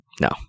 No